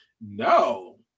no